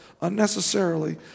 unnecessarily